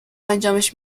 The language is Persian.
انجامش